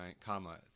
comma